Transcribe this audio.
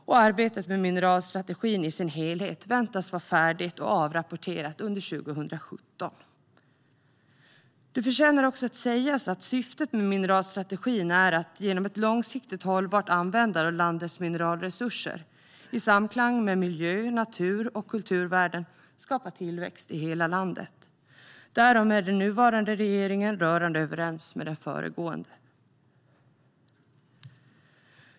Och arbetet med mineralstrategin i sin helhet väntas vara färdigt och avrapporterat under 2017. Syftet med mineralstrategin är att genom ett långsiktigt och hållbart användande av landets mineralresurser, i samklang med miljö-, natur och kulturvärden, skapa tillväxt i hela landet. Därom är den nuvarande regeringen rörande överens med den föregående.